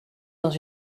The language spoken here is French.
dans